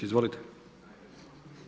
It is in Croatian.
Izvolite.